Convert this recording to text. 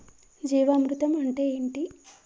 జీవామృతం అంటే ఏంటి?